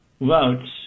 votes